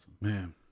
man